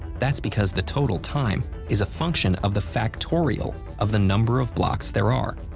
that's because the total time is a function of the factorial of the number of blocks there are.